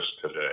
today